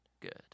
good